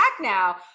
now